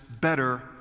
better